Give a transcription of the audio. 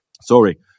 Sorry